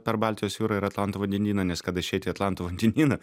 per baltijos jūrą ir atlanto vandenyną nes kad išeiti į atlanto vandenyną